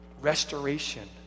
Restoration